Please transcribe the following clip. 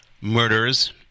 murders